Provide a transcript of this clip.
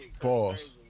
Pause